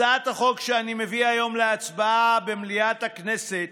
הצעת החוק שאני מביא היום להצבעה במליאת הכנסת